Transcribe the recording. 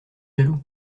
jaloux